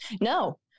No